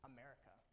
America